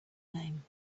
name